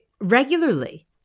regularly